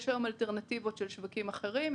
יש היום אלטרנטיבות של שווקים אחרים,